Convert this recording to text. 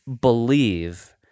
believe